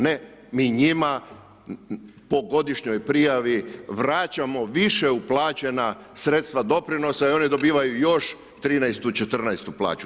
Ne, mi njima po godišnjoj prijavi vraćamo više uplaćena sredstva doprinosa i oni dobivaju još 13, 14 plaću.